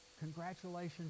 congratulations